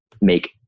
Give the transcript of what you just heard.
make